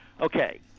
Okay